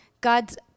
God's